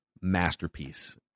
masterpiece